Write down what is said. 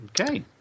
Okay